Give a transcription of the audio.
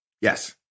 Yes